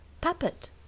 Puppet